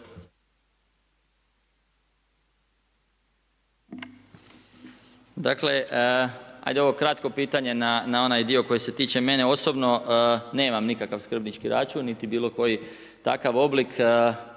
Dakle ajde ovo kratko pitanje na onaj dio koji se tiče mene osobno, nemam nikakav skrbnički račun niti bilo koji takav oblik.